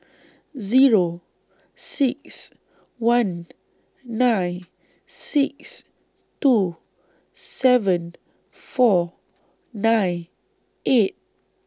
Zero six one nine six two seven four nine eight